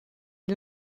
est